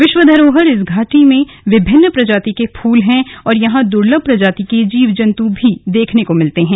विश्व धरोहर इस घाटी में विभिन्न प्रजाति के फूल हैं और यहां दुलर्भ प्रजाति के जीव जंतु भी देखने को मिलते हैं